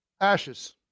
ashes